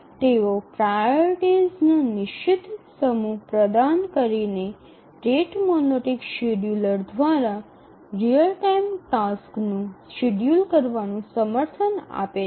તેઓ પ્રાઓરિટીસનો નિશ્ચિત સમૂહ પ્રદાન કરીને રેટ મોનોટિક શેડ્યૂલર દ્વારા રીઅલ ટાઇમ ટાસક્સનું શેડ્યૂલ કરવાનું સમર્થન આપે છે